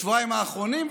בשבועיים האחרונים,